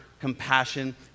compassion